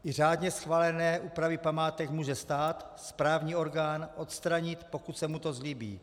I řádně schválené úpravy památek může stát, správní orgán, odstranit, pokud se mu to zlíbí.